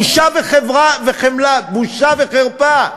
בושה וחרפה.